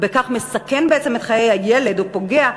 ובכך מסכן בעצם את חיי הילד או פוגע,